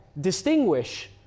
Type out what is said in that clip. distinguish